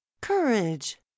courage